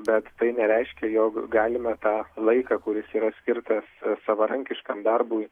bet tai nereiškia jog galime tą laiką kuris yra skirtas savarankiškam darbui